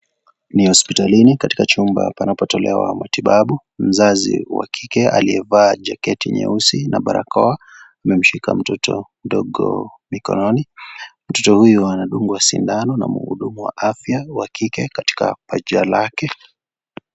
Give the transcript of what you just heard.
Ni hospitalini katika nyumba panapotolewa matibabu, mzazi wa kike aliyevalia jaketi nyeusi na barakoa amemshika mtoto mdogo mkononi. Mtoto huyu anadungwa sindano na mhudumu wa afya wa kike katika paja lake.